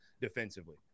defensively